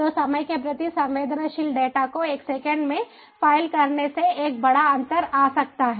तो समय के प्रति संवेदनशील डेटा को एक सेकंड में फाइल करने से एक बड़ा अंतर आ सकता है